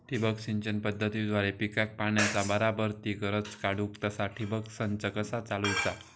ठिबक सिंचन पद्धतीद्वारे पिकाक पाण्याचा बराबर ती गरज काडूक तसा ठिबक संच कसा चालवुचा?